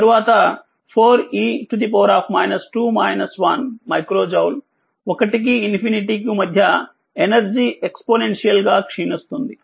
తరువాత4e micro జౌల్1కు∞ కు మధ్య ఎనర్జీ ఎక్స్పోనేన్షియల్ గా క్షీణిస్తుంది